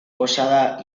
posada